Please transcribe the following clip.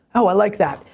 oh i like that.